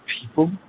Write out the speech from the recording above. people